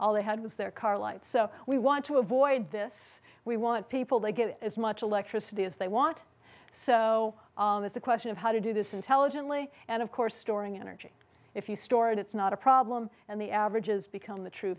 all they had was their car lights so we want to avoid this we want people to get as much electricity as they want so it's a question of how to do this intelligently and of course storing energy if you store it it's not a problem and the averages become the true